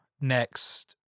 next